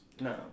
No